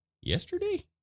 yesterday